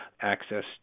access